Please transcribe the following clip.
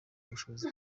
ubushobozi